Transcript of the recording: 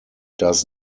does